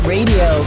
Radio